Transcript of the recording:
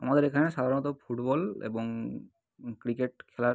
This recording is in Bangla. আমাদের এখানে সাধারণত ফুটবল এবং ক্রিকেট খেলার